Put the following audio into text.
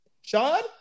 Sean